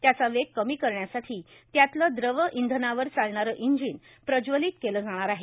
त्याचा वेग कमी करण्यासाठी त्यातलं द्रव इंधनावर चालणारं इंजिन प्रज्वलित केलं जाणार आहे